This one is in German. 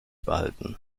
behalten